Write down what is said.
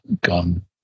gun